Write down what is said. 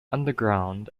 underground